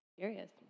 areas